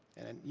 and you